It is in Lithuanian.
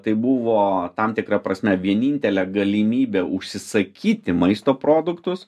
tai buvo tam tikra prasme vienintelė galimybė užsisakyti maisto produktus